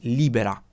libera